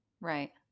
right